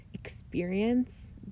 experience